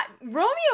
romeo